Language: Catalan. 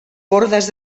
bordes